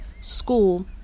school